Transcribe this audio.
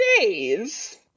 days